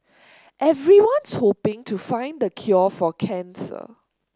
everyone's hoping to find the cure for cancer